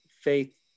faith